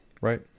right